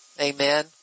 Amen